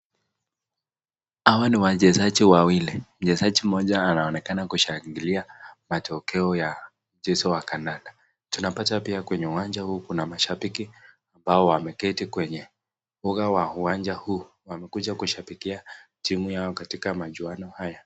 Hawa ni wachezaji wawili. Mchezaji mmoja anaonekana kushangilia matokeo ya mchezo wa kandanda. Tunapata pia kwenye uwanja huu kuna mashabiki ambao wameketi kwenye uga wa uwanja huu. Wamekuja kushabikia timu yao katika majuano haya.